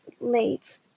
late